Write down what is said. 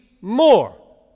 more